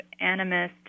animist